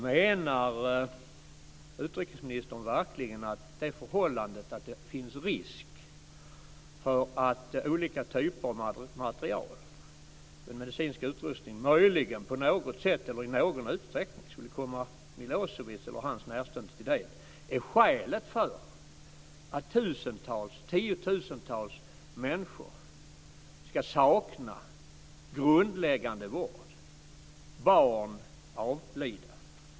Menar utrikesministern verkligen att det förhållandet att det finns risk för att olika typer av material, t.ex. medicinsk utrustning, möjligen på något sätt eller i någon utsträckning skulle komma Milosevic och hans närstående till del är skäl för att tiotusentals människor ska sakna grundläggande vård och barn avlida?